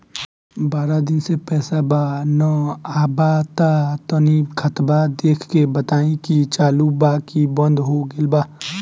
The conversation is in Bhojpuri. बारा दिन से पैसा बा न आबा ता तनी ख्ताबा देख के बताई की चालु बा की बंद हों गेल बा?